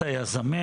את היזמים,